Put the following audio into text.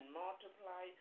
multiply